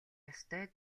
ёстой